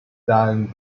than